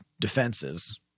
defenses